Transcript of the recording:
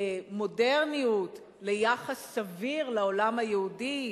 למודרניות, ליחס סביר לעולם היהודי,